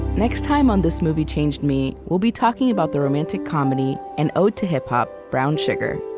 next time on this movie changed me, we'll be talking about the romantic comedy and ode to hip hop, brown sugar.